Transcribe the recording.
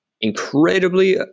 incredibly